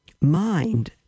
Mind